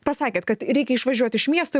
pasakėt kad reikia išvažiuot iš miesto